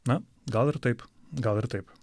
na gal ir taip gal ir taip